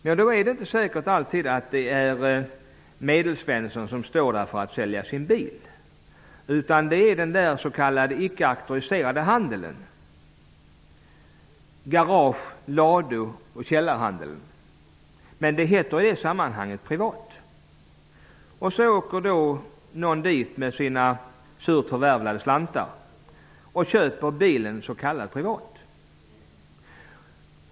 Men det är inte säkert att det alltid är Medelsvensson som står där för att sälja sin bil, utan det kan röra sig om icke-auktoriserad handel -- garage-, ladu och källarhandel. Men i sammanhanget kallas det privat. Någon åker dit med sina surt förvärvade slantar och köper bilen ''privat''.